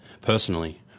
personally